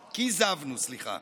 כיזבנו, סליחה.